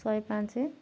ଶହେ ପାଞ୍ଚ